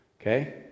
Okay